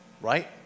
right